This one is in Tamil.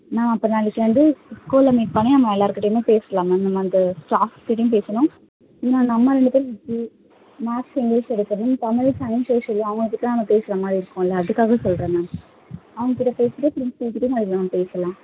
நாம் அப்போ நாளைக்கு வந்து ஸ்கூலில் மீட் பண்ணி நம்ம எல்லோர்க் கிட்டேயுமே பேசலாம் மேம் நம்ம அந்த ஸ்டாஃப்ஸ் கிட்டேயும் பேசணும் இன்னும் நம்ம ரெண்டு பேரும் இது மேக்ஸ் இங்கிலீஷ் எடுக்கணும் தமிழ் சயின்ஸ் சோசியல் அவங்கக்கிட்ட நம்ம பேசுகிற மாதிரி இருக்கும்ல அதுக்காக சொல்கிறேன் மேம் அவங்கக்கிட்ட பேசிவிட்டு ப்ரின்ஸ்பல் கிட்டேயும் நாளைக்கு நம்ம பேசலாம்